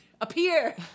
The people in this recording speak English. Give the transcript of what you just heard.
appear